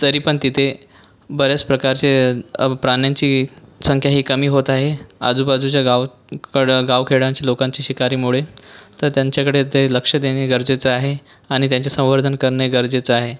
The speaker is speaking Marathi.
तरी पण तिथे बऱ्याच प्रकारचे प्राण्यांची संख्याही कमी होत आहे आजूबाजूच्या गाव कडे गावखेड्यांच्या लोकांची शिकारीमुळे तर त्यांच्याकडे ते लक्ष देणे गरजेचं आहे आणि त्यांचे संवर्धन करणे गरजेचं आहे